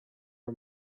for